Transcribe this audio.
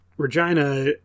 Regina